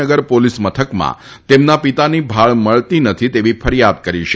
નગર police મથકમાં તેમના પિતાની ભાળ મળતી નથી તેવી ફરિયાદ કરી છે